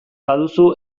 baduzu